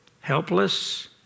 Helpless